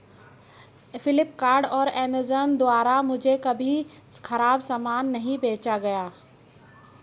फ्लिपकार्ट और अमेजॉन द्वारा मुझे कभी खराब सामान नहीं बेचा गया